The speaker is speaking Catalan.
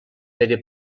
pere